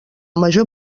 major